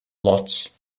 lots